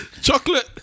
Chocolate